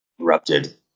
erupted